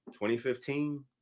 2015